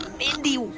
mindy,